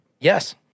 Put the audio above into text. Yes